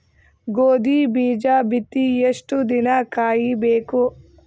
ಗೋಧಿ ಬೀಜ ಬಿತ್ತಿ ಎಷ್ಟು ದಿನ ಕಾಯಿಬೇಕು?